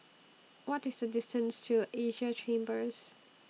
What IS The distance to Asia Chambers